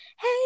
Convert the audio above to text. Hey